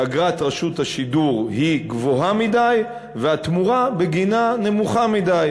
שאגרת רשות השידור היא גבוהה מדי והתמורה בגינה נמוכה מדי.